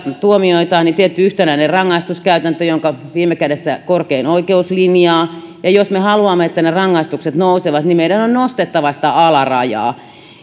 tuomioitaan tietty yhtenäinen rangaistuskäytäntö jonka viime kädessä korkein oikeus linjaa ja jos me haluamme että ne rangaistukset nousevat niin meidän on nostettava sitä alarajaa